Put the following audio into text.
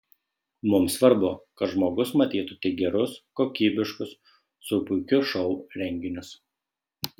mums svarbu kad žmogus matytų tik gerus kokybiškus su puikiu šou renginius